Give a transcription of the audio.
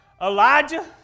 Elijah